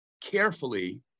carefully